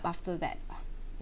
after that